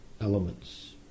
elements